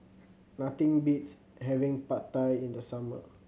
nothing beats having Pad Thai in the summer